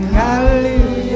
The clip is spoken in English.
hallelujah